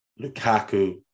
Lukaku